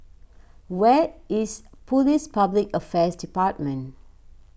where is Police Public Affairs Department